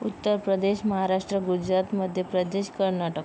Uttar Pradesh Maharashtra Gujarat Madhya Pradesh Karnataka